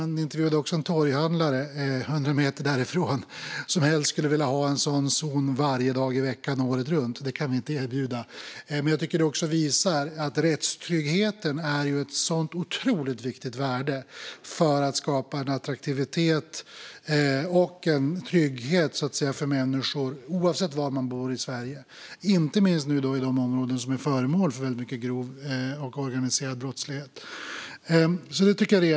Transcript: Men man intervjuade också en torghandlare hundra meter därifrån som helst skulle vilja ha en sådan zon varje dag i veckan, året runt. Det kan vi inte erbjuda. Men jag tycker att det visar att rättstryggheten är av ett så otroligt viktigt värde för att skapa en attraktivitet och trygghet för människor, oavsett var de bor i Sverige. Det gäller inte minst i de områden som är föremål för väldigt mycket grov och organiserad brottslighet.